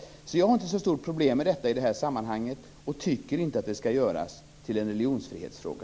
Jag har alltså inte så stora problem med det här i detta sammanhang och tycker inte att det skall göras till en religionsfrihetsfråga.